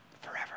forever